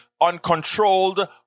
uncontrolled